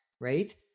Right